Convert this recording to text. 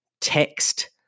text